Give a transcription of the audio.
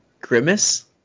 Grimace